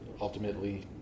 ultimately